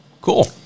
Cool